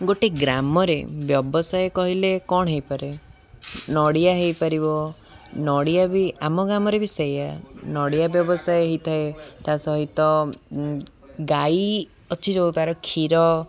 ଗୋଟେ ଗ୍ରାମରେ ବ୍ୟବସାୟ କହିଲେ କ'ଣ ହୋଇପାରେ ନଡ଼ିଆ ହୋଇପାରିବ ନଡ଼ିଆ ବି ଆମ ଗ୍ରାମରେ ବି ସେଇଆ ନଡ଼ିଆ ବ୍ୟବସାୟ ହୋଇଥାଏ ତା ସହିତ ଗାଈ ଅଛି ଯୋଉ ତାର କ୍ଷୀର